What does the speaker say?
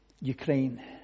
Ukraine